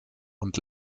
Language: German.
und